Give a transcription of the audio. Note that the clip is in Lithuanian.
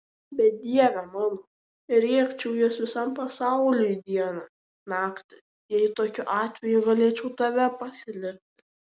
bet dieve mano rėkčiau juos visam pasauliui dieną naktį jei tokiu atveju galėčiau tave pasilikti